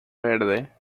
verde